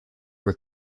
were